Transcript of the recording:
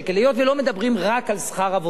היות שלא מדברים רק על שכר עבודה